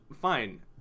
fine